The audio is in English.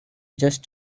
just